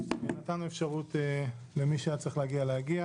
נתנו אפשרות למי שהיה צריך להגיע שיגיע,